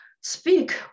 speak